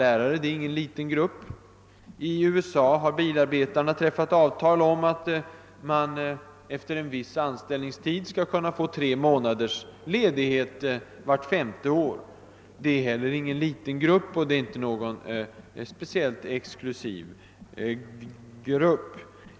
Lärarna är ingen liten grupp. I USA har bilarbetarna träffat avtal om att de efter en viss anställningstid skall kunna få tre månaders ledighet vart femte år. De utgör inte heller någon liten eller någon speciellt exklusiv grupp.